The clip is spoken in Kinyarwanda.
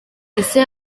ese